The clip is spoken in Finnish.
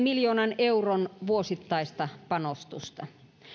miljoonan euron vuosittaista panostusta